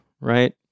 right